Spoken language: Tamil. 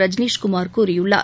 ரஜினிஷ் குமார் கூறியுள்ளார்